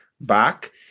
back